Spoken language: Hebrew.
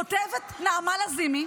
כותבת נעמה לזימי: